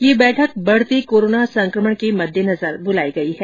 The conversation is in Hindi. यह बैठक बढ़ते कोरोना संक्रमण के मद्देनजर बुलाई गई है